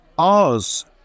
Oz